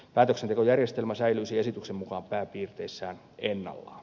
päätöksentekojärjestelmä säilyisi esityksen mukaan pääpiirteissään ennallaan